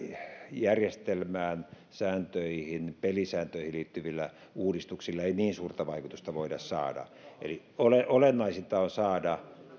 järjestelmään sääntöihin pelisääntöihin liittyvillä uudistuksilla ei niin suurta vaikutusta voida saada eli olennaisinta on saada